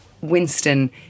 Winston